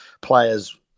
players